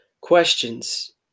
questions